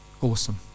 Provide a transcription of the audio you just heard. awesome